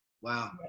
Wow